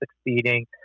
succeeding